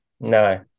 No